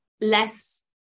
less